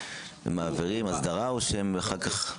ומעבירים הסדרה או שהם אחר כך?